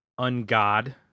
Ungod